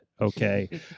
okay